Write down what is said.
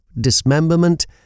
dismemberment